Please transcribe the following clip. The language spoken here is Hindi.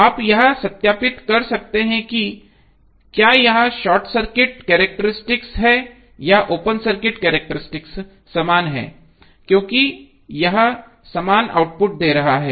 आप यह सत्यापित कर सकते हैं कि क्या यह शॉर्ट सर्किट कैरेक्टेरिस्टिक्स है या ओपन सर्किट कैरेक्टेरिस्टिक्स समान है क्योंकि यह समान आउटपुट दे रहा है